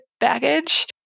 baggage